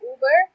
Uber